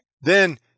Then-